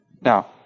Now